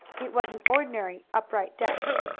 it was an ordinary upright desk.